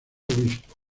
obispo